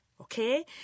okay